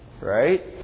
right